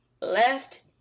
left